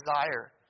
desire